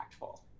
impactful